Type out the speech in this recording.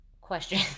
question